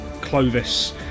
Clovis